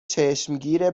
چشمگیر